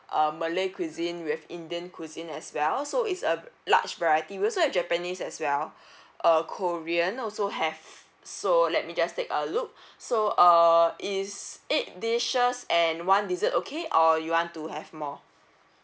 uh malay cuisine we have indian cuisine as well so it's a large variety we also have japanese as well uh korean also have so let me just take a look so err is eight dishes and one dessert okay or you want to have more